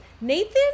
nathan